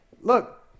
Look